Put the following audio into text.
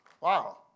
Wow